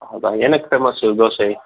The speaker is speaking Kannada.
ಹೌದಾ ಏನಕ್ಕೆ ಫೇಮಸ್ಸು ದೋಸೆ